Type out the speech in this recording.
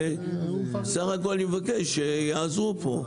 ובסך הכל אני מבקש שיעזרו פה,